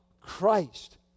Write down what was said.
Christ